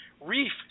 reef